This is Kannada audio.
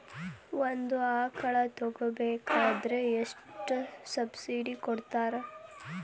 ಒಂದು ಆಕಳ ತಗೋಬೇಕಾದ್ರೆ ಎಷ್ಟು ಸಬ್ಸಿಡಿ ಕೊಡ್ತಾರ್?